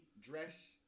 dress